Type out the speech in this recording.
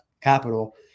capital